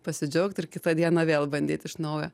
pasidžiaugt ir kitą dieną vėl bandyt iš naujo